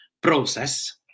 process